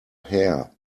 hair